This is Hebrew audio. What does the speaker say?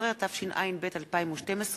16), התשע"ב 2012,